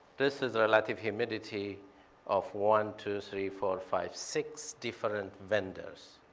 this is a lot of humidity of one, two, three, four, five, six different vendors.